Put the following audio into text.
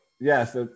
yes